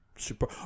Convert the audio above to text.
Super